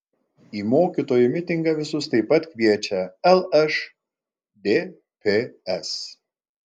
į mokytojų mitingą visus taip pat kviečia lšdps